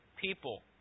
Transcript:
people